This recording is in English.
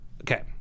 okay